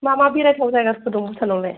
मा मा बेरायथाव जायगाफोरथ' दं भुटान आवलाय